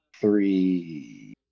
three